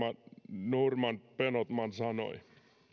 noman benotman sanoi